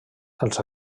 els